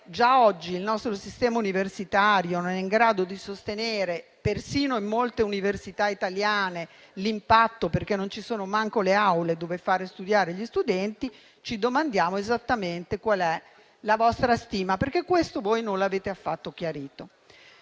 già oggi il nostro sistema universitario non è in grado di sostenere, persino in molte università italiane, l'impatto, perché non ci sono neanche le aule dove far studiare gli studenti, ci domandiamo esattamente qual è la vostra stima, perché non lo avete affatto chiarito.